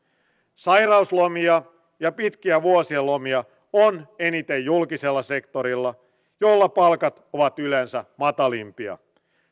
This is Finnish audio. sairauslomia ja pitkiä vuosilomia on eniten julkisella sektorilla jolla palkat ovat yleensä matalimpia